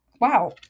Wow